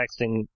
texting